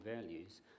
values